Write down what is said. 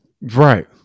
Right